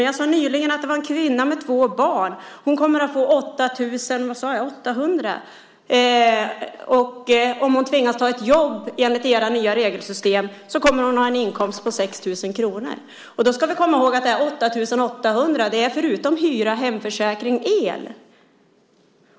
Jag sade nyss att en kvinna med två barn kommer att få 8 800 kr, och om hon enligt era nya regelsystem tvingas ta ett jobb kommer hon att ha en inkomst på 6 000 kr. Då ska vi komma ihåg att dessa 8 800 är utom hyra, hemförsäkring och el.